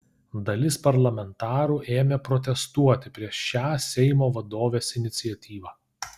dalis parlamentarų ėmė protestuoti prieš šią seimo vadovės iniciatyvą